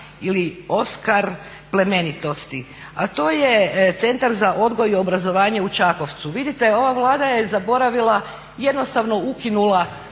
ili Oskar plemenitosti, a to je Centar za odgoj i obrazovanje u Čakovcu. Vidite, ova Vlada je zaboravila, jednostavno ukinula